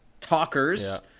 talkers